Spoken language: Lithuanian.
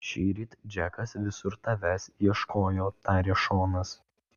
šįryt džekas visur tavęs ieškojo tarė šonas